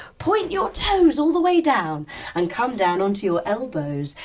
point your toes all the way down and come down onto your elbows.